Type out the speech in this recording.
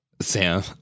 Sam